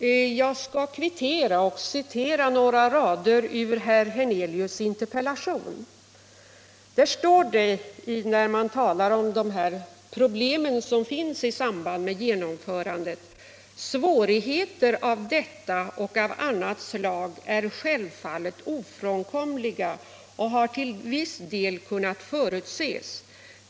Jag skall kvittera och citera några rader ur herr Hernelius interpellation. Där står det, när han talar om de problem som finns i samband med genomförandet av projektet: ”Svårigheter av detta och av annat slag är självfallet ofrånkomliga och har till viss del kunnat förutses.